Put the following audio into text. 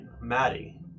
Maddie